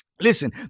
listen